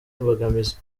imbogamizi